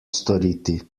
storiti